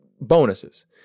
bonuses